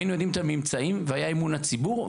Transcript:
היינו יודעים את הממצאים והיה אמון הציבור,